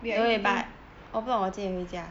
wait are you eating